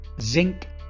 zinc